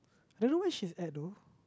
I don't know where she's at though